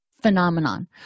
phenomenon